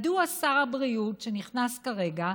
מדוע שר הבריאות, שנכנס כרגע,